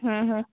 હં હં